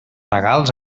regals